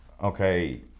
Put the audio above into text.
okay